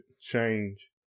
change